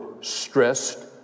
Stressed